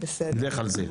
נלך על זה.